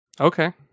Okay